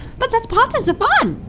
but that's part of the fun.